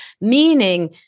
meaning